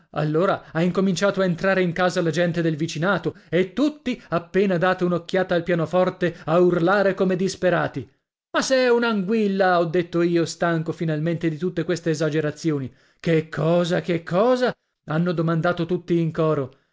allora ha incominciato a entrare in casa la gente del vicinato e tutti appena data un'occhiata al pianoforte a urlare come disperati ma se è un'anguilla ho detto io stanco finalmente di tutte queste esagerazioni che cosa che cosa hanno domandato tutti in coro